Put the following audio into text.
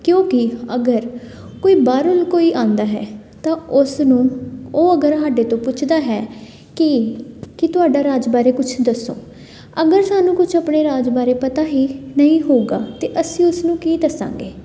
ਕਿਉਂਕਿ ਅਗਰ ਕੋਈ ਬਾਹਰੋਂ ਕੋਈ ਆਉਂਦਾ ਹੈ ਤਾਂ ਉਸ ਨੂੰ ਉਹ ਅਗਰ ਸਾਡੇ ਤੋਂ ਪੁੱਛਦਾ ਹੈ ਕਿ ਕਿ ਤੁਹਾਡਾ ਰਾਜ ਬਾਰੇ ਕੁਛ ਦੱਸੋ ਅਗਰ ਸਾਨੂੰ ਕੁਛ ਆਪਣੇ ਰਾਜ ਬਾਰੇ ਪਤਾ ਹੀ ਨਹੀਂ ਹੋਊਗਾ ਤਾਂ ਅਸੀਂ ਉਸਨੂੰ ਕੀ ਦੱਸਾਂਗੇ